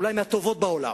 אולי מהטובות בעולם,